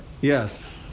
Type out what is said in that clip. Yes